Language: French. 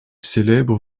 célèbre